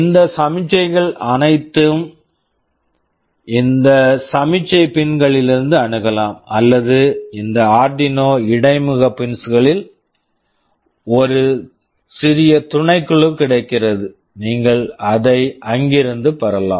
இந்த சமிக்ஞைகள் அனைத்தையும் இந்த சமிக்ஞை பின்ஸ் pins களிலிருந்து அணுகலாம் அல்லது இந்த ஆர்டினோ Arduino இடைமுக பின்ஸ் pins களின் ஒரு சிறிய துணைக்குழு கிடைக்கிறது நீங்கள் அதை அங்கிருந்து பெறலாம்